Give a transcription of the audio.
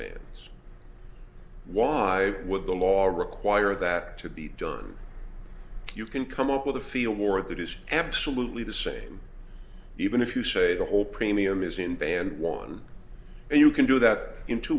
bands why would the law or require that to be done you can come up with a field more that is absolutely the same even if you say the whole premium is in band one and you can do that in two